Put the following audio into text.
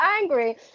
angry